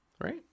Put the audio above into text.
Right